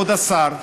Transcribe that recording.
כבוד השר,